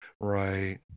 Right